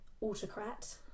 autocrat